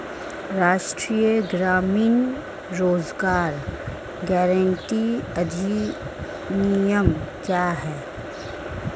राष्ट्रीय ग्रामीण रोज़गार गारंटी अधिनियम क्या है?